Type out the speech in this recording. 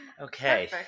Okay